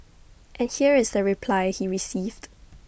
and here is the reply he received